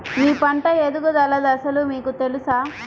మీ పంట ఎదుగుదల దశలు మీకు తెలుసా?